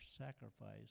sacrifice